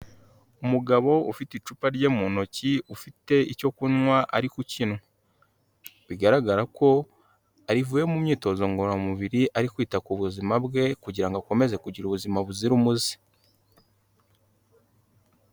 Umugabo ufite icupa rye mu ntoki, ufite icyo kunywa ari kukinywa, bigaragara ko avuye mu myitozo ngororamubiri ari kwita ku buzima bwe kugira ngo akomeze kugira ubuzima buzira umuze.